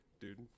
dude